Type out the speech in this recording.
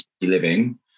living